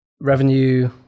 Revenue